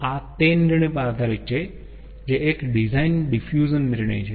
તેથી આ તે નિર્ણય પર આધારિત છે જે એક ડિઝાઈન ડીફ્યુઝન નિર્ણય છે